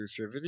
exclusivity